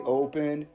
open